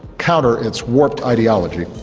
counter its warped ideology,